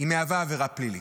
היא מהווה בישראל עבירה פלילית.